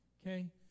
okay